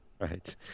Right